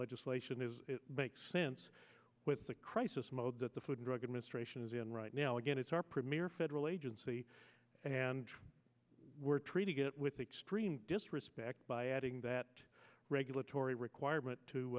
legislation is it makes sense with the crisis mode that the food and drug administration is in right now again it's our premier federal agency and we're treating it with extreme disrespect by adding that regulatory requirement to